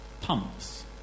pumps